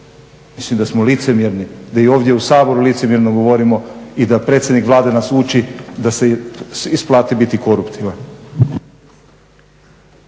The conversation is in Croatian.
Mislim da smo licemjerni, da i ovdje u Saboru licemjerno govorimo i da predsjednik Vlade nas uči da se isplati biti koruptivan.